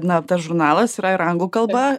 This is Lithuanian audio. na tas žurnalas yra ir anglų kalba